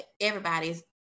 everybody's